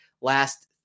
last